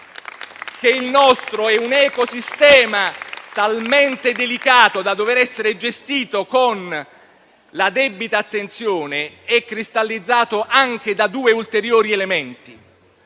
che il nostro ecosistema è talmente delicato da dover essere gestito con la debita attenzione è cristallizzato anche da due ulteriori elementi.